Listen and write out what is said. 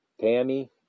Tammy